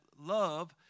love